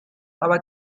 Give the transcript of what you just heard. aber